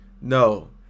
No